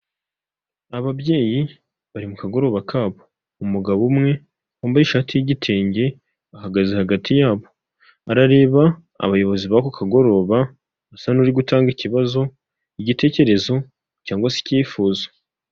Ababyeyi bari mu kagoroba kabo. Umugabo umwe wambaye ishati y'igitenge, ahagaze hagati yabo. Barareba abayobozi b'ako kagoroba, usa n'uri gutanga ikibazo, igitekerezo, cyangwa se icyifuzo.